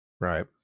Right